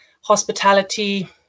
hospitality